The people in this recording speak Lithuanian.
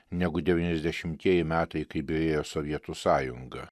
negu devyniasdešimtieji metai kai byrėjo sovietų sąjunga